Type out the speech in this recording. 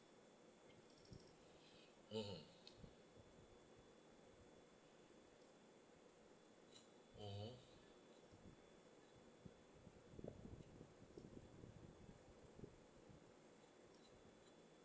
mm mmhmm